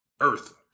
Earth